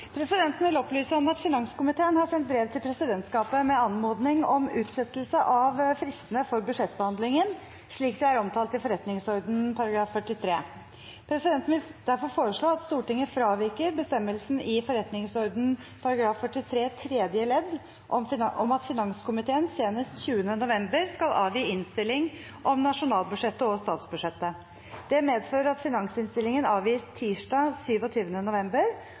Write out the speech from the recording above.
Presidenten vil opplyse om at finanskomiteen har sendt brev til presidentskapet med anmodning om utsettelse av fristene for budsjettbehandlingen, slik de er omtalt i forretningsordenens § 43. Presidenten vil derfor foreslå at Stortinget fraviker bestemmelsen i forretningsordenens § 43 tredje ledd om at finanskomiteen senest 20. november skal avgi innstilling om nasjonalbudsjettet og statsbudsjettet. Det medfører at finansinnstillingen avgis tirsdag 27. november,